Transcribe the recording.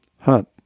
hunt